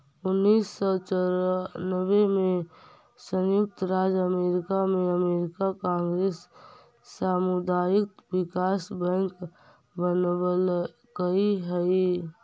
उन्नीस सौ चौरानबे में संयुक्त राज्य अमेरिका में अमेरिकी कांग्रेस सामुदायिक विकास बैंक बनवलकइ हई